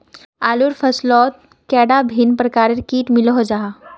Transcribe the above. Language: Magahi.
आलूर फसलोत कैडा भिन्न प्रकारेर किट मिलोहो जाहा?